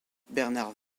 bernard